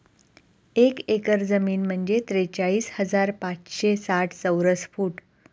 एक एकर जमीन म्हणजे त्रेचाळीस हजार पाचशे साठ चौरस फूट